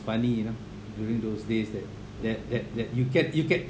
funny you know during those days that that that that you can you can